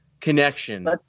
connection